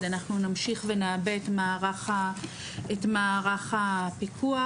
אנחנו נמשיך ונעבה את מערך הפיקוח,